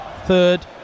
third